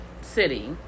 city